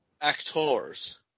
actors